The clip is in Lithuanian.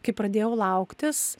kai pradėjau lauktis